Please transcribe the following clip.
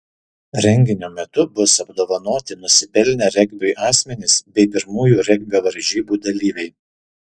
renginio metu bus apdovanoti nusipelnę regbiui asmenys bei pirmųjų regbio varžybų dalyviai